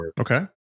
Okay